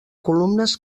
columnes